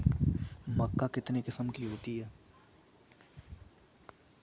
मक्का कितने किस्म की होती है?